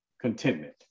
Contentment